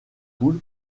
poule